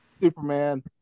Superman